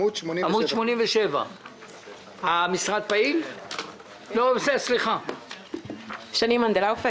עמוד 87. אני שני מנדל-לאופר,